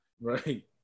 Right